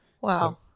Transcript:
Wow